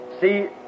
see